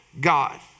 God